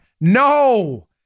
No